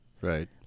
Right